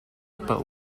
but